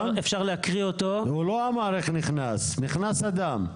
הוא לא אמר איך נכנס, אלא "נכנס אדם".